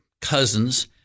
cousins